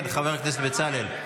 כן, חבר הכנסת בצלאל.